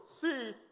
see